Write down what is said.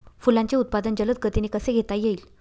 फुलांचे उत्पादन जलद गतीने कसे घेता येईल?